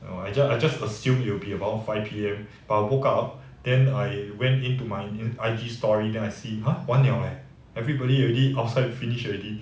well I just I just assumed it will be about five P_M I woke up then I went in my I_G story then I see !huh! 完了 eh everybody already outside finish already